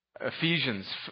Ephesians